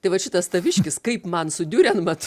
tai vat šitas taviškis kaip man diurenmatu